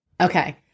Okay